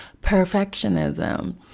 Perfectionism